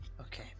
Okay